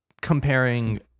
comparing